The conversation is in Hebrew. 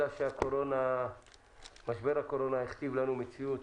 אלא שמשבר הקורונה הכתיב לנו מציאות